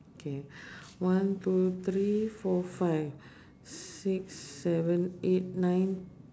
okay one two three four five six seven eight nine